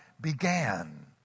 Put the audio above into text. began